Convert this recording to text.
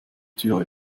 tür